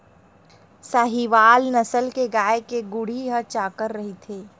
साहीवाल नसल के गाय के मुड़ी ह चाकर रहिथे